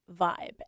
vibe